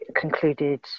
concluded